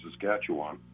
Saskatchewan